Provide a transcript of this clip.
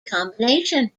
combination